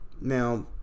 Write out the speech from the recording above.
Now